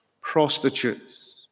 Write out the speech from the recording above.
prostitutes